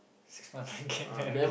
six months then get married